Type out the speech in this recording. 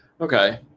Okay